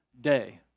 day